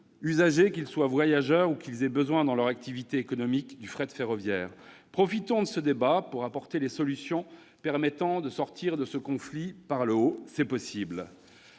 usagers, qu'ils soient voyageurs ou qu'ils aient besoin dans leur activité économique du fret ferroviaire. Profitons de ce débat pour apporter les solutions permettant de sortir de ce conflit par le haut ; c'est possible